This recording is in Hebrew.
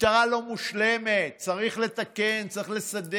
משטרה היא לא מושלמת, צריך לתקן, צריך לסדר.